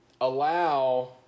allow